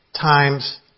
times